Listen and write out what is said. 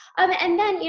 um and then, you